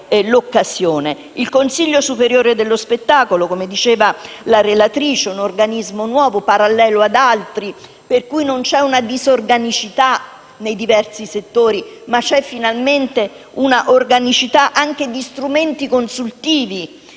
Il consiglio superiore dello spettacolo - come ha detto la relatrice - è un organismo nuovo, parallelo ad altri, per cui non vi è disorganicità nei diversi settori ma finalmente un'organicità degli strumenti consultivi